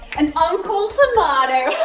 an uncool tomato.